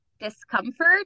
discomfort